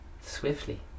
swiftly